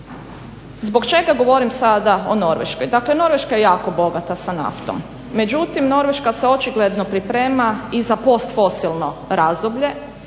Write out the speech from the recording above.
Zbog čega govorim sada o Norveškoj? Dakle, Norveška je jako bogata sa naftom, međutim Norveška se očigledno priprema i za postfosilno razdoblje